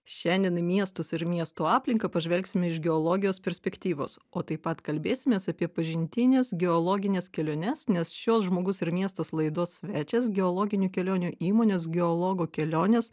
šiandien į miestus ir į miesto aplinką pažvelgsim iš geologijos perspektyvos o taip pat kalbėsimės apie pažintines geologines keliones nes šios žmogus ir miestas laidos svečias geologinių kelionių įmonės geologo kelionės